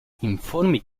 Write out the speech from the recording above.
informe